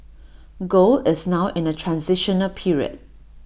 gold is now in A transitional period